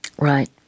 Right